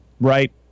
right